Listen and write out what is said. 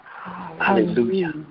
Hallelujah